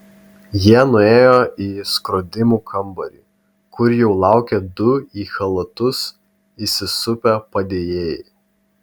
jie nuėjo į skrodimų kambarį kur jau laukė du į chalatus įsisupę padėjėjai